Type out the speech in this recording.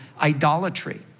idolatry